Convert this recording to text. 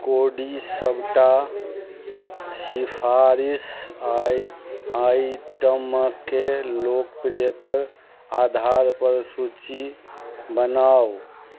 कोडी सबटा सिफारिश आइ आइटमकेँ लोकप्रियके आधारपर सूचि बनाउ